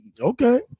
Okay